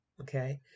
okay